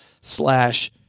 slash